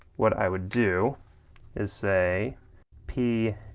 what i would do is say p,